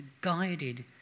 guided